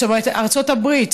ארצות הברית.